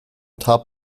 top